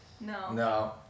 No